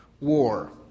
war